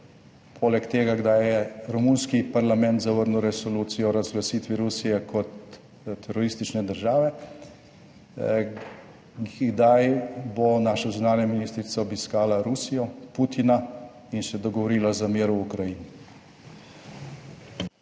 poleg tega, kdaj je romunski parlament zavrnil resolucijo o razglasitvi Rusije kot teroristične države, kdaj bo naša zunanja ministrica obiskala Rusijo, Putina in se dogovorila za mir v Ukrajini?